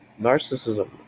narcissism